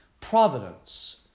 providence